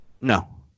No